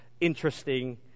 interesting